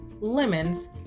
Lemons